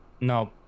No